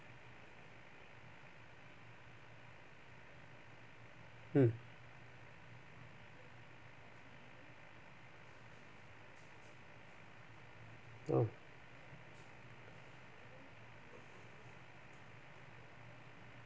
mm oh